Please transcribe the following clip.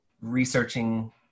researching